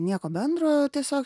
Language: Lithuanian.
nieko bendro tiesiog